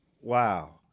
Wow